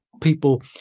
people